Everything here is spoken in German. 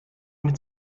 mit